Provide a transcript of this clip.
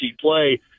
play